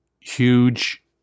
huge